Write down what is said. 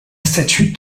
statue